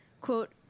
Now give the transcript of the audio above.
quote